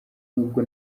n’ubwo